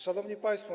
Szanowni Państwo!